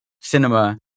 cinema